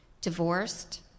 divorced